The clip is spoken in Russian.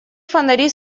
фонари